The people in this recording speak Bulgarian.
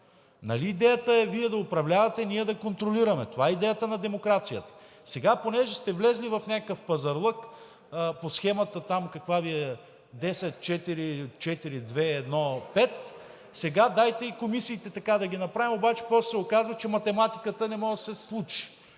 Нали идеята е Вие да управлявате, а ние да контролираме?! Това е идеята на демокрацията. Понеже сте влезли в някакъв пазарлък по схемата – каква Ви е там, 10-4-4-2-1-5, сега дайте и комисиите така да ги направим. После обаче се оказва, че математиката не може да се случи,